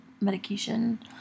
medication